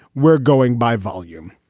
we're going by volume.